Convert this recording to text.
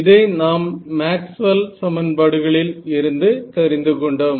இதை நாம் மேக்ஸ்வெல் சமன்பாடுகளில் இருந்து தெரிந்துகொண்டோம்